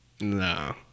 no